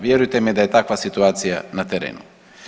Vjerujte mi da je takva situacija na terenu.